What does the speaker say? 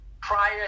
prior